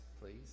please